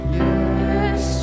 yes